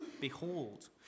behold